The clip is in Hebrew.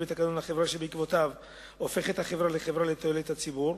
בתקנון החברה שבעקבותיו הופכת החברה לחברה לתועלת הציבור,